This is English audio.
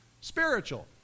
Spiritual